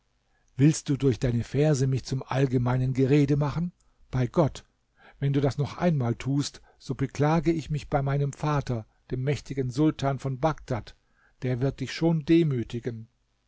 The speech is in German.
willst du durch deine verse mich zum allgemeinen gerede machen bei gott wenn du das noch einmal tust so beklage ich mich bei meinem vater dem mächtigen sultan von bagdad der wird dich schon demütigen